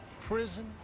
Prison